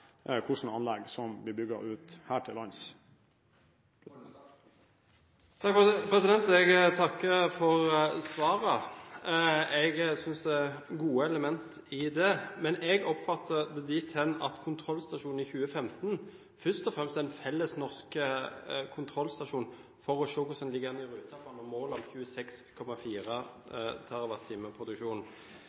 anlegg som blir bygd ut her til lands. Jeg takker for svaret. Jeg synes det er gode elementer i det. Men jeg oppfatter det dit hen at kontrollstasjonen i 2015 først og fremst er en felles norsk kontrollstasjon for å se hvordan en ligger an med tanke på å nå målet om en produksjon på 26,4